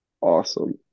awesome